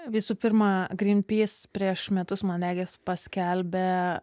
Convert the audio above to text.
visų pirma greenpeace prieš metus man regis paskelbė